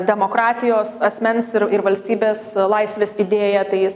demokratijos asmens ir ir valstybės laisvės idėja tai jis